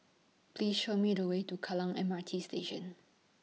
Please Show Me The Way to Kallang M R T Station